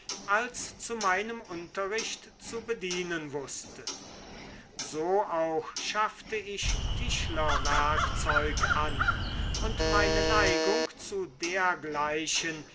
als zu meinem unterricht zu bedienen wußte so auch schaffte ich tischlerwerkzeug an und meine neigung zu